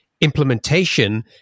implementation